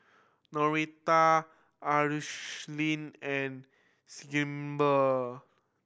Noretta Ashli and